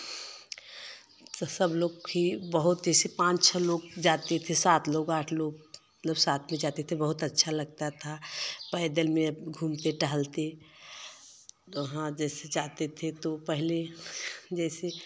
तो सब लोग बहुत जैसे कि पाँच छह लोग जाते थे सात लोग आठ लोग मतलब साथ में जाते थे बहुत अच्छा लगता था पैदल में घूमते टहलते वहाँ जैसे जाते थे तो पहले जैसे